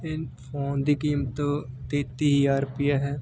ਇਹ ਫੋਨ ਦੀ ਕੀਮਤ ਤੇਤੀ ਹਜ਼ਾਰ ਰੁਪਈਆ ਹੈ